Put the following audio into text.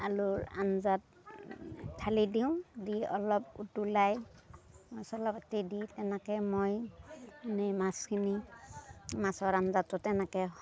আলুৰ আঞ্জাত ঢালি দিওঁ দি অলপ উতলাই মচলা পাতি দি এনেকে মই মাছখিনি মাছৰ আঞ্জাটো তেনেকে